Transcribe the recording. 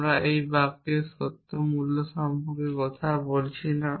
আমি এই বাক্যের সত্য মূল্য সম্পর্কে কথা বলছি না